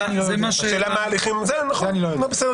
השאלה מה ההליכים, את זה אני לא יודע.